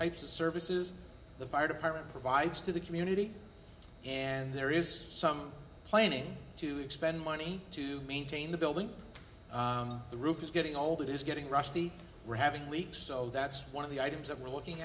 types of services the fire department provides to the community and there is some planning to expend money to maintain the building the roof is getting all that is getting rusty we're having leaks so that's one of the items that we're looking